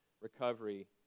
recovery